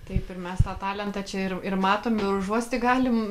taip ir mes tą talentą čia ir ir matom ir užuosti galim